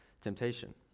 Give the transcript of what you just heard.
temptation